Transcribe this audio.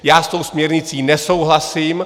Já s tou směrnicí nesouhlasím.